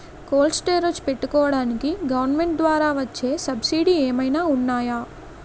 Cold storage పెట్టుకోడానికి government ద్వారా వచ్చే సబ్సిడీ ఏమైనా ఉన్నాయా?